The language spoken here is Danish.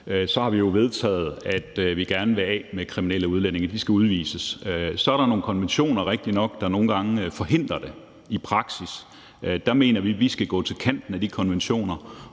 venstrefløjen – at vi gerne vil af med kriminelle udlændinge; de skal udvises. Så er det rigtigt nok, at der er nogle konventioner, der nogle gange forhindrer det i praksis. Der mener vi, at man skal gå til kanten af de konventioner,